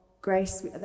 grace